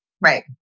Right